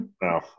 No